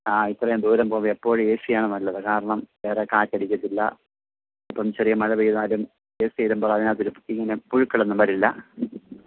ആ ഇത്രയും ദൂരം പോകുമ്പോൾ എപ്പോഴും എ സി യാണ് നല്ലത് കാരണം വേറെ കാറ്റ് അടിക്കത്തില്ല ഇപ്പോം ചെറിയ മഴ പെയ്താലും എ സി ഇടുമ്പോൾ അതിനകത്ത് ഒരു ചീഞ്ഞ് പുഴുക്കളൊന്നും ഒന്നും വരില്ല